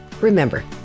Remember